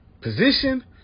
position